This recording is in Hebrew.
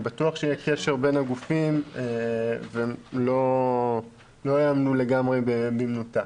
אני בטוח שיהיה קשר בין הגופים והם לא יעבדו לגמרי במנותק.